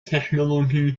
technologie